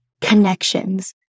connections